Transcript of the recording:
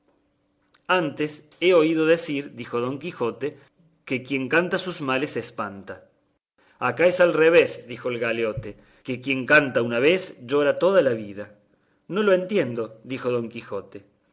antes he yo oído decir dijo don quijote que quien canta sus males espanta acá es al revés dijo el galeote que quien canta una vez llora toda la vida no lo entiendo dijo don quijote